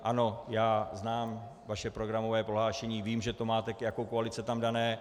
Ano, znám vaše programové prohlášení, vím, že to tam máte jako koalice dané.